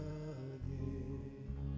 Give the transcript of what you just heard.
again